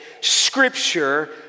scripture